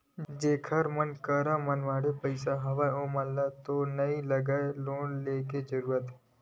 जेखर मन करा मनमाड़े पइसा हवय ओमन ल तो नइ लगय लोन लेके जरुरत